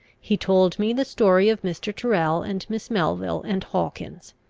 he told me the story of mr. tyrrel and miss melville and hawkins.